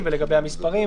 אבל מצד שני,